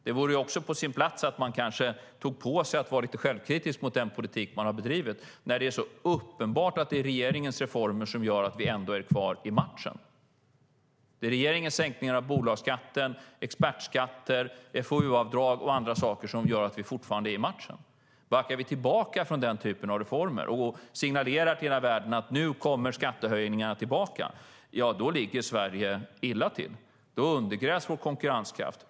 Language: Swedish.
Det vore också på sin plats att man tog på sig att vara lite självkritisk mot den politik man har bedrivit när det är så uppenbart att det är regeringens reformer som gör att vi ändå är kvar i matchen. Det är regeringens sänkningar av bolagsskatten, expertskatter, FoU-avdrag och andra saker som gör att vi fortfarande är med i matchen. Om vi backar tillbaka från den typen av reformer och signalerar till hela världen att nu kommer skattehöjningarna tillbaka, då ligger Sverige illa till. Då undergrävs vår konkurrenskraft.